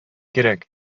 кирәк